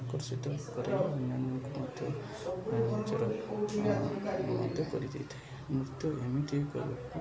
ଆକର୍ଷିତ କରେ ଅନ୍ୟାନ୍ୟଙ୍କୁ ମଧ୍ୟ କରିଦେଇଥାଏ ନୃତ୍ୟ ଏମିତି ଏକ